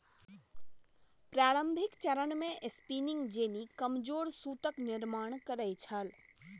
प्रारंभिक चरण मे स्पिनिंग जेनी कमजोर सूतक निर्माण करै छल